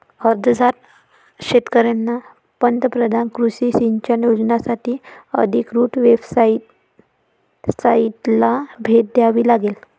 अर्जदार शेतकऱ्यांना पंतप्रधान कृषी सिंचन योजनासाठी अधिकृत वेबसाइटला भेट द्यावी लागेल